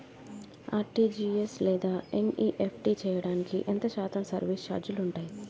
RTGS లేదా NEFT చేయడానికి ఎంత శాతం సర్విస్ ఛార్జీలు ఉంటాయి?